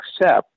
accept